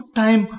time